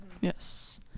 Yes